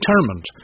determined